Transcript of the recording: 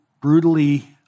brutally